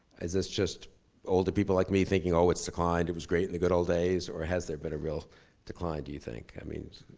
is this just older people like me thinking, oh, it's declined. it was great in the good old days. or has there been a real decline, do you think i mean